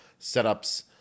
setups